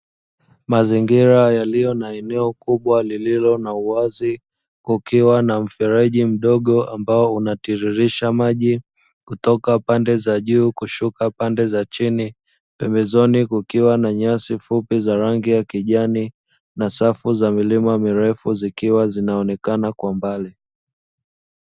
Mazingira yaliyo na eneo kubwa lililo na uwazi, kukiwa na mfereji mdogo ambao unatiririsha maji kutoka pande za juu kushuka pande za chini. Pembezoni kukiwa na nyasi fupi za rangi ya kijani na safu za milima mirefu zikiwa zinaonekana kwa mbali.